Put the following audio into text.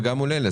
וגם מול אלה.